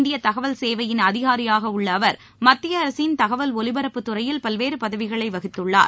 இந்திய தகவல் சேவையின் அதிகாரியாக உள்ள அவர் மத்திய அரசின் தகவல் ஒலிபரப்புத் துறையில் பல்வேறு பதவிகளை வகித்துள்ளார்